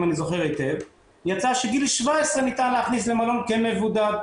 אם אני זוכר היטב יצא שגיל 17 ניתן להכניס למלון כמבודד.